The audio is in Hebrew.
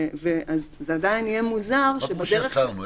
אז זה עדיין יהיה מוזר שבדרך --- מה פירוש יצרנו?